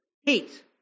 heat